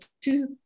two